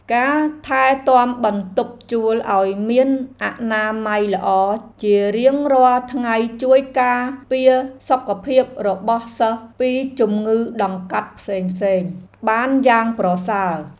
ការថែទាំបន្ទប់ជួលឱ្យមានអនាម័យល្អជារៀងរាល់ថ្ងៃជួយការពារសុខភាពរបស់សិស្សពីជំងឺដង្កាត់ផ្សេងៗបានយ៉ាងប្រសើរ។